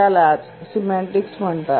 त्यालाच सिमैन्टिक्स म्हणतात